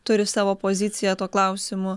turi savo poziciją tuo klausimu